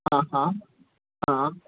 हांहां हां